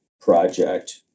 project